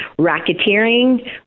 racketeering